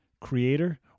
creator